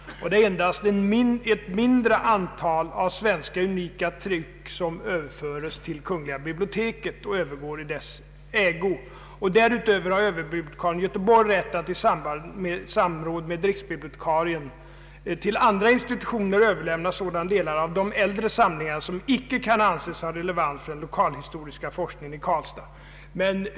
Endast ett mindre antal svenska unika tryck överförs till Kungl. biblioteket och övergår i dess ägo. Därutöver har överbibliotekarien i Göteborg rätt att i samråd med riksbibliotekarien till andra institutioner överlämna sådana delar av de äldre samlingarna som icke kan anses ha relevans för den lokalhistoriska forskningen i Karlstad.